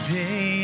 day